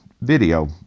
video